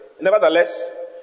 Nevertheless